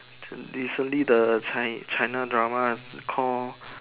recently the Chi~ China drama call